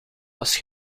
was